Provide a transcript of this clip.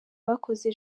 bakoze